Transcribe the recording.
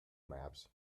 maps